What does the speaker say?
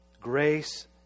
Grace